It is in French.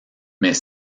mais